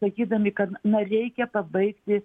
sakydami kad na reikia pabaigti